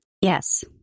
Yes